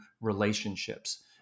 relationships